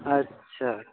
اچھا